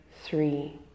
three